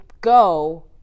go